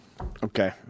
Okay